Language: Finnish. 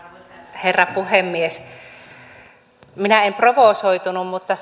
herra puhemies minä en provosoitunut mutta